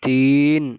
تین